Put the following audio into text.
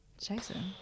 Jason